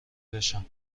بشم